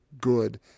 good